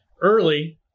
early